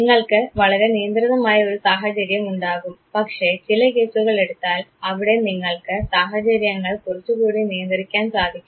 നിങ്ങൾക്ക് വളരെ നിയന്ത്രിതമായ ഒരു സാഹചര്യം ഉണ്ടാകും പക്ഷേ ചില കേസുകൾ എടുത്താൽ അവിടെ നിങ്ങൾക്ക് സാഹചര്യങ്ങൾ കുറച്ചുകൂടി നിയന്ത്രിക്കാൻ സാധിക്കും